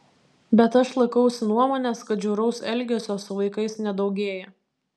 bet aš laikausi nuomonės kad žiauraus elgesio su vaikais nedaugėja